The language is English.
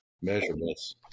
measurements